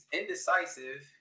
indecisive